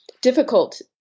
Difficult